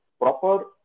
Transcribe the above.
proper